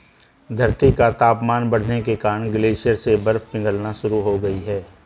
धरती का तापमान बढ़ने के कारण ग्लेशियर से बर्फ पिघलना शुरू हो गयी है